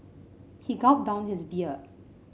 he gulped down his beer